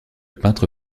peintre